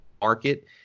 market